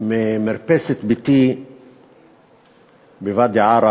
ממרפסת ביתי בוואדי-עארה